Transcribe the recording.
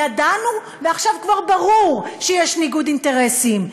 ידענו ועכשיו כבר ברור שיש ניגוד אינטרסים,